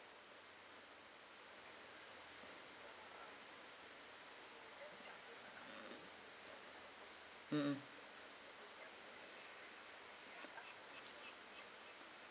mmhmm